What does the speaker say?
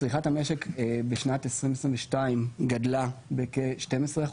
צריכה המשק בשנת 2022 גדלה בכ-12%.